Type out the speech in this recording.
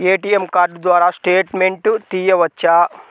ATM card ద్వారా statement తీయవచ్చా?